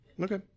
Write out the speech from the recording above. Okay